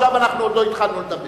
עכשיו עוד לא התחלנו לדבר.